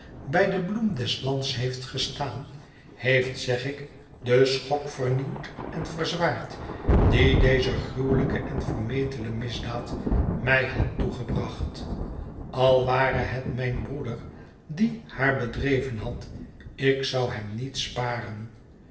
bij de bloem des lands heeft gestaan heeft zeg ik den schok vernieuwd en verzwaard dien deze gruwelijke en vermetele misdaad mij had toegebracht al ware het mijn broeder die haar bedreven had ik zou hem niet sparen